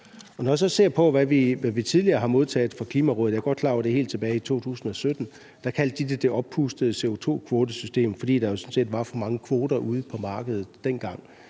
Når jeg så ser på, hvad vi tidligere har modtaget fra Klimarådet – jeg er godt klar over, at det er helt tilbage i 2017 – kaldte de det det oppustede CO2-kvotesystem, fordi der jo sådan set var for mange kvoter ude på markedet dengang.